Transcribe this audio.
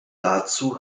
dazu